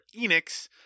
Enix